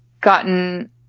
gotten